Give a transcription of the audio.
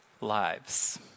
lives